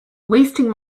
wasting